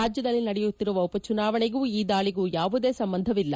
ರಾಜ್ಯದಲ್ಲಿ ನಡೆಯುತ್ತಿರುವ ಉಪಚುನಾವಣೆಗೂ ಈ ದಾಳಿಗೂ ಯಾವುದೇ ಸಂಬಂಧವಿಲ್ಲ